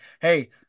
hey